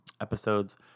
episodes